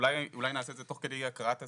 אולי נעשה את זה תוך כדי הקראת הסעיפים,